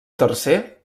tercer